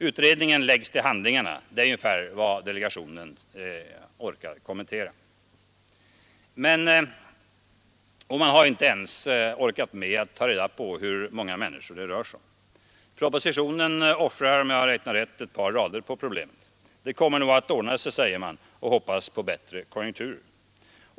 ”Utredningen läggs till handlingarna” — det är ungefär vad delegationen orkar kommentera. Man har inte ens orkat ta reda på hur många människor det kan röra sig om. Propositionen offrar, om jag har räknat rätt, ett par rader på problemet. Det kommer nog att ordna sig, säger man och hoppas på bättre konjunkturer.